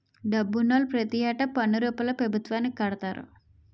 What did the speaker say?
డబ్బునోళ్లు ప్రతి ఏటా పన్ను రూపంలో పభుత్వానికి కడతారు